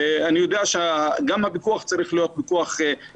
אני יודע שגם הפיקוח צריך להיות מדגמי